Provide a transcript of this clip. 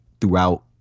throughout